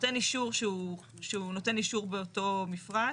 נותן אישור שהוא נותן אישור באותו מפרט,